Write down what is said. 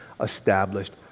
established